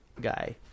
guy